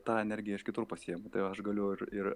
tą energiją iš kitur pasiemu tai aš galiu ir ir